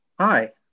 Hi